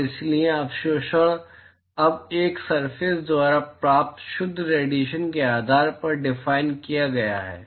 और इसलिए अवशोषण अब एक सरफेस द्वारा प्राप्त शुद्ध रेडिएशन के आधार पर डिफाइन किया गया है